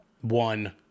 one